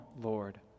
Lord